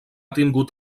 tingut